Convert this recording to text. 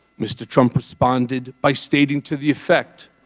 mr. trump responded by stating, to the effect,